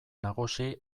nagusi